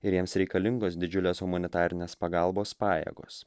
ir jiems reikalingos didžiulės humanitarinės pagalbos pajėgos